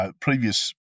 previous